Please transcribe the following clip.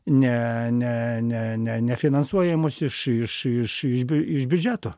ne ne ne ne nefinansuojamos iš iš iš iš biu iš biudžeto